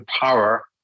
power